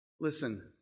Listen